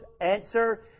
Answer